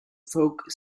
folk